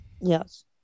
yes